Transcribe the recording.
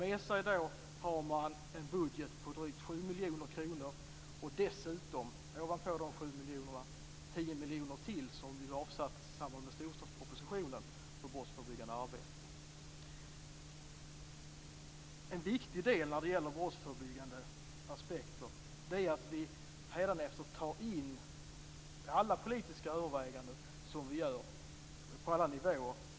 Med sig har man då en budget på drygt 7 miljoner kronor, och förutom dessa 7 miljoner har man de 10 miljoner ytterligare som ju avsattes för brottsförebyggande arbete i samband med Storstadspropositionen. En viktig sak är att vi hädanefter tar in brottsförebyggande aspekter i alla de politiska överväganden som vi gör på alla nivåer.